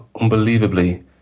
unbelievably